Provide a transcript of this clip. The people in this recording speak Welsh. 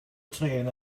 trên